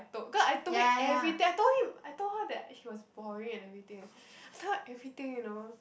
told cause I told him everything I told him I told her that she was boring and everything I tell her everything you know